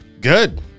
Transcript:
Good